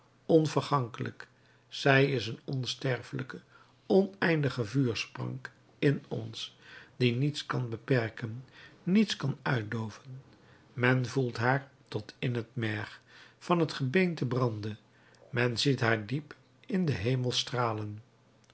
onvergankelijk zij is een onsterfelijke oneindige vuursprank in ons die niets kan beperken niets kan uitdooven men voelt haar tot in t merg van t gebeente branden men ziet haar diep in den hemel stralen